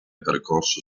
percorso